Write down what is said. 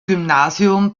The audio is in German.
gymnasium